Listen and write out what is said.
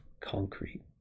concrete